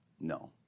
No